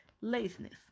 laziness